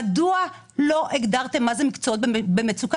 מדוע לא הגדרתם מה זה מקצועות במצוקה